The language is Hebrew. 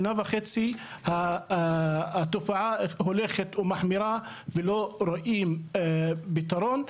במשך שנה וחצי התופעה הולכת ומחמירה ולא רואים פתרון.